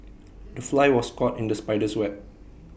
the fly was caught in the spider's web